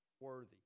worthy